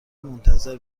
منتظر